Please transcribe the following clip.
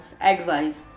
advice